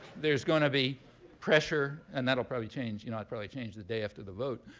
there's going to be pressure and that'll probably change you know probably change the day after the vote,